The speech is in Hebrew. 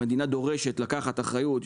המדינה דורשת לקחת אחריות,